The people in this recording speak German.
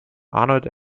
arnold